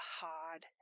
hard